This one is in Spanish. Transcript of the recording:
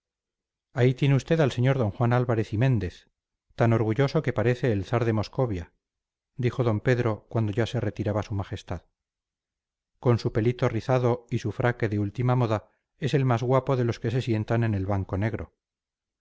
ahí tiene usted al sr d juan álvarez y méndez tan orgulloso que parece el czar de moscovia dijo d pedro cuando ya se retiraba su majestad con su pelito rizado y su fraque de última moda es el más guapo de los que se sientan en el banco negro